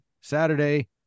Saturday